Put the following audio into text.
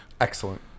Excellent